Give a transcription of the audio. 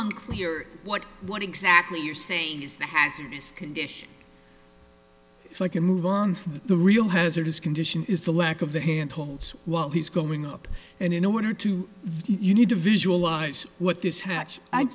unclear what what exactly you're saying is that has serious condition if i can move on from the real hazardous condition is the lack of the handles while he's going up and in order to you need to visualize what this